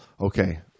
Okay